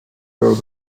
were